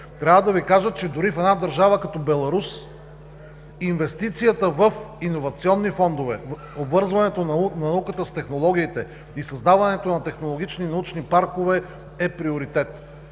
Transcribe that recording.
трябва да Ви кажа, че дори в държава като Беларус инвестицията в иновационни фондове, обвързването на науката с технологиите и създаването на технологични научни паркове е приоритет.